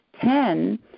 Ten